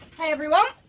hey everyone.